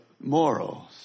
morals